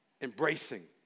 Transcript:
embracing